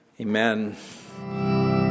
Amen